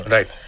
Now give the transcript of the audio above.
Right